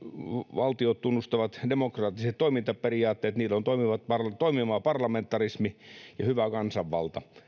valtiot tunnustavat demokraattiset toimintaperiaatteet niillä on toimiva parlamentarismi ja hyvä kansanvalta